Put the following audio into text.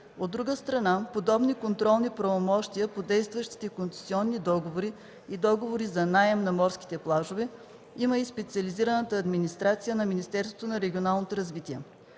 От друга страна подобни контролни правомощия по действащите концесионни договори и договори за наем на морските плажове има и специализираната администрация на Министерство на регионалното развитие.